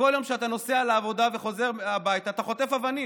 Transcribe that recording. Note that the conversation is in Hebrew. שבכל יום שאתה נוסע לעבודה וחוזר הביתה אתה חוטף אבנים.